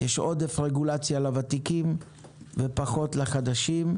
יש עודף רגולציה לוותיקים ופחות לחדשים.